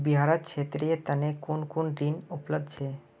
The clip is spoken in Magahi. बिहारत छात्रेर तने कुन कुन ऋण उपलब्ध छे